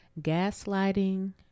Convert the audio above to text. gaslighting